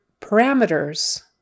parameters